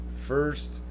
first